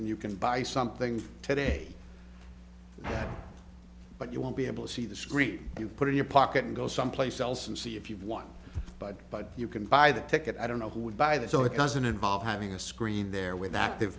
and you can buy something today but you won't be able to see the screen you put in your pocket and go someplace else and see if you've won but but you can buy the ticket i don't know who would buy that so it doesn't involve having a screen there with active